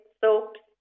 soaps